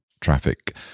traffic